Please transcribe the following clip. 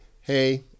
Hey